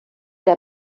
der